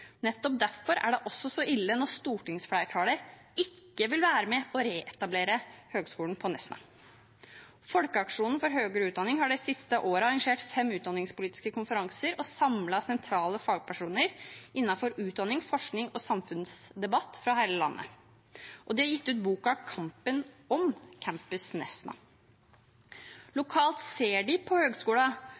Nettopp derfor er det også så ille når stortingsflertallet ikke vil være med og reetablere høyskolen på Nesna. Folkeaksjonen for høyere utdanning har det siste året arrangert fem utdanningspolitiske konferanser og samlet sentrale fagpersoner innenfor utdanning, forskning og samfunnsdebatt fra hele landet. De har også gitt ut boka «Kampen om campus Nesna». Lokalt ser de på Høgskolen